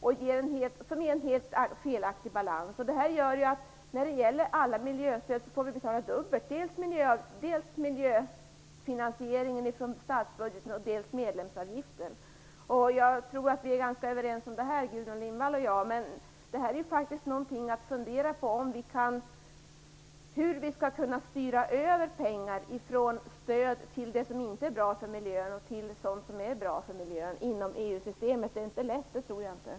Det blir en helt felaktig balans. Det gör att vi får betala dubbelt när det gäller alla miljöstöd. Dels får vi får stå för miljöfinansieringen i statsbudgeten, dels får vi betala medlemsavgiften. Jag tror att Gudrun Lindvall och jag är ganska överens om detta. Det är faktiskt något att fundera över: Hur skall vi inom EU-systemet kunna styra över pengar från sådant som inte är bra för miljön till sådant som är det. Jag tror inte att det är lätt.